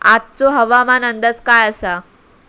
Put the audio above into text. आजचो हवामान अंदाज काय आसा?